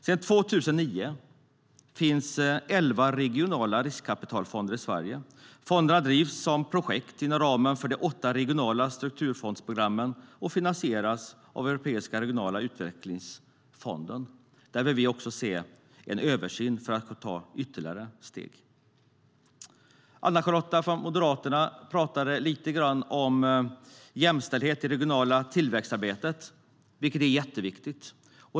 Sedan 2009 finns elva regionala riskkapitalfonder i Sverige. Fonderna drivs som projekt inom ramen för de åtta regionala strukturfondsprogrammen och finansieras av Europeiska regionala utvecklingsfonden. Där vill vi ha en översyn för att kunna ta ytterligare steg. Ann-Charlotte Hammar Johnsson från Moderaterna talade lite grann om jämställdhet i det regionala tillväxtarbetet, vilket är jätteviktigt.